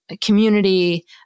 community